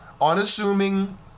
unassuming